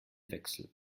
wechsel